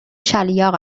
شَلیاق